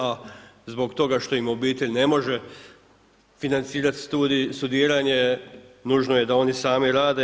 A zbog toga što im obitelj ne može financirati studij, studiranje nužno je da oni sami rade.